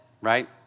right